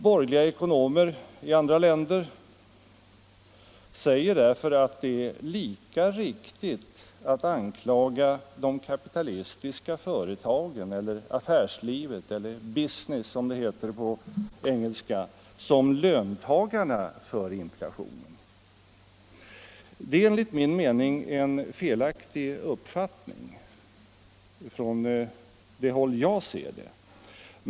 Borgerliga ekonomer i andra länder säger därför att det är lika riktigt att anklaga de kapitalistiska företagen eller affärslivet eller business, som det heter på engelska, som löntagarna för inflationen. Det är enligt min mening en felaktig uppfattning, från det håll jag ser det.